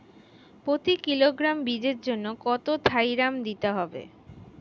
প্রতি কিলোগ্রাম বীজের জন্য কত থাইরাম দিতে হবে?